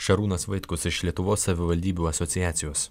šarūnas vaitkus iš lietuvos savivaldybių asociacijos